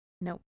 Nope